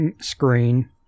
screen